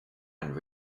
and